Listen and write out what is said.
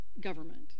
government